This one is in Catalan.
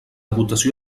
votació